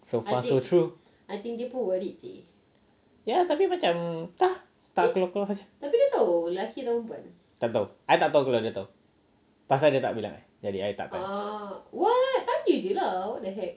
so far so true ya tapi macam entah tak keluar keluar tak tahu I tak tahu kalau dia dah tahu pasal dia tak bilang I jadi I tak tahu